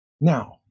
Now